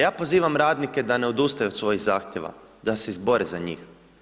Ja pozivam radnike, da ne odustanu od svojih zahtjeva, da se izbore za njih.